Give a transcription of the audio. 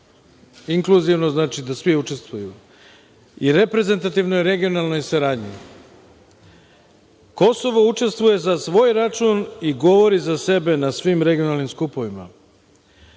inkluzivno znači da svi učestvuju, i reprezentativnoj regionalnoj saradnji. Kosovo učestvuje za svoj račun i govori za sebe na svim regionalnim skupovima.